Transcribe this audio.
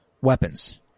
weapons